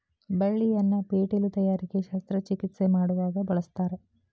ಬಳ್ಳಿಯನ್ನ ಪೇಟಿಲು ತಯಾರಿಕೆ ಶಸ್ತ್ರ ಚಿಕಿತ್ಸೆ ಮಾಡುವಾಗ ಬಳಸ್ತಾರ